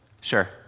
Sure